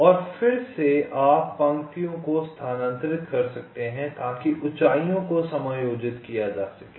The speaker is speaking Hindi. और फिर से आप पंक्तियों को स्थानांतरित कर सकते हैं ताकि ऊंचाइयों को समायोजित किया जा सके